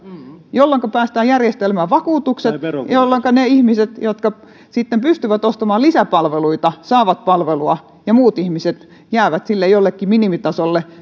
jolloinka päästään järjestelmään vakuutukset jolloinka ne ihmiset jotka sitten pystyvät ostamaan lisäpalveluita saavat palvelua ja muut ihmiset jäävät sille jollekin minimitasolle